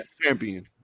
champion